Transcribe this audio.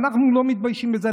אנחנו לא מתביישים בזה,